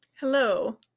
Hello